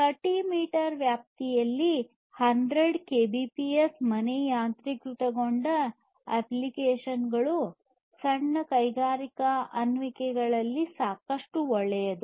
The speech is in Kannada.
30 ಮೀಟರ್ ವ್ಯಾಪ್ತಿಯಲ್ಲಿ 100 ಕೆಬಿಪಿಎಸ್ ಮನೆ ಯಾಂತ್ರೀಕೃತಗೊಂಡ ಅಪ್ಲಿಕೇಶನ್ಗಳು ಸಣ್ಣ ಕೈಗಾರಿಕಾ ಅನ್ವಯಿಕೆಗಳಿಗೆ ಸಾಕಷ್ಟು ಒಳ್ಳೆಯದು